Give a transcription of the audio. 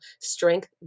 strength